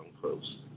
close